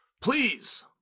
please